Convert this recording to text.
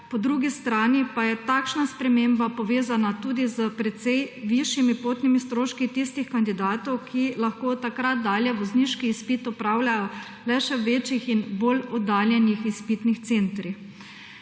po drugi strani pa je takšna sprememba povezana tudi s precej višjimi potnimi stroški tistih kandidatov, ki lahko od takrat dalje vozniški izpit opravljajo le še v večjih in bolj oddaljenih izpitnih centrih.